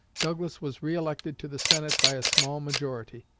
douglas was re-elected to the senate by a small majority.